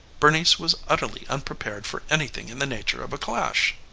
bernice was utterly unprepared for anything in the nature of a clash.